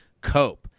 cope